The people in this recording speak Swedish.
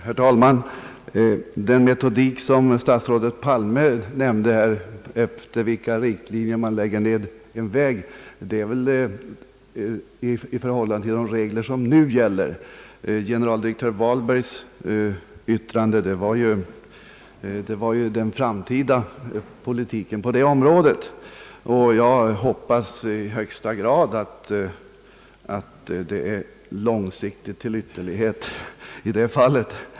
Herr talman! Den metodik som statsrådet Palme omtalade för nedläggning av vägar torde avse de nu gällande reglerna. Generaldirektör Vahlbergs yttrande gällde ju den framtida politiken på detta område, och jag hoppas i högsta grad att det var i detta fall till ytterlighet långsiktigt.